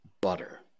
butter